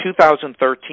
2013